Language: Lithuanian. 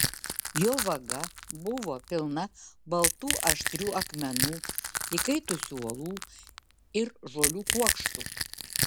jo vaga buvo pilna baltų aštrių akmenų įkaitusių uolų ir žolių kuokštų